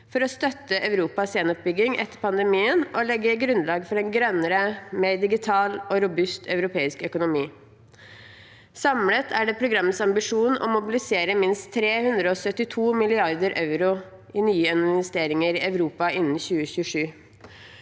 for å støtte Europas gjenoppbygging etter pandemien og legge grunnlag for en grønnere, mer digital og robust europeisk økonomi. Samlet er det programmets ambisjon å mobilisere minst 372 mrd. euro i nye investeringer i Europa innen 2027.